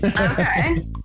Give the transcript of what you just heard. Okay